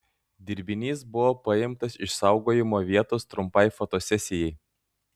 dirbinys buvo paimtas iš saugojimo vietos trumpai fotosesijai